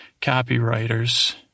copywriters